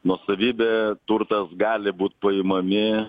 nuosavybė turtas gali būt paimami